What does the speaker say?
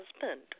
husband